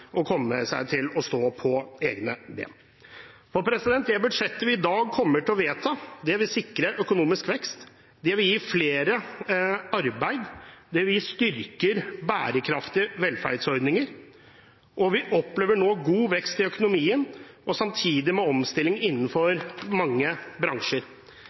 stå på egne ben. Det budsjettet vi i dag kommer til å vedta, vil sikre økonomisk vekst, det vil gi flere arbeid, og det vil styrke bærekraftige velferdsordninger. Vi opplever nå god vekst i økonomien samtidig med omstilling innenfor mange bransjer.